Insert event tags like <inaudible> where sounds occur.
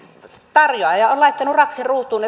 tarjoaja on laittanut raksin ruutuun <unintelligible>